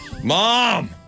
Mom